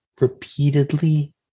repeatedly